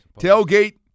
Tailgate